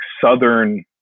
Southern